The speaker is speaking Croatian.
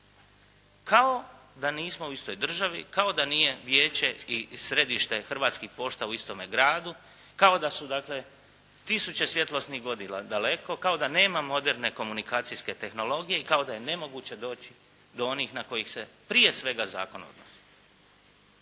Kao da nismo u istoj državi, kao da nije vijeće i središte hrvatskih pošta u istome gradu, kao da su dakle tisuću svjetlosnih godina daleko, kao da nema moderne komunikacijske tehnologije i kao da je nemoguće doći do onih na kojih se prije svega zakon odnosi.